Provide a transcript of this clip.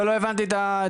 לא, לא הבנתי את התחביר.